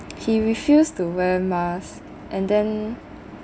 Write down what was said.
he refused to wear mask and then